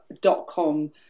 dot-com